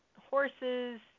horses